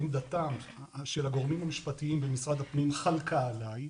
עמדתם של הגורמים המשפטיים במשרד הפנים חלקה עליי.